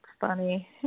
funny